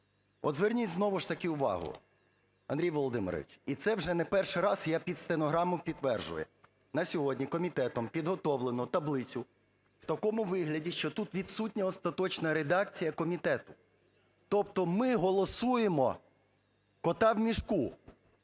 От, зверніть знову ж таки увагу, Андрій Володимирович, і це вже не перший раз, я під стенограму підтверджую. На сьогодні комітетом підготовлено таблицю в такому вигляді, що тут відсутня остаточна редакція комітету, тобто ми голосуємо "кота в мішку".